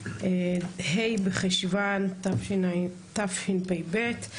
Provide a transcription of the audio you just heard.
ה' בחשון תשפ"ב.